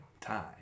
time